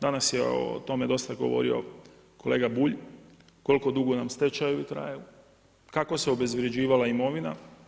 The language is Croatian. Danas je o tome dosta govorio kolega Bulj, koliko nam dugo stečaj traje, kako se obezvrjeđivala imovina.